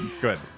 Good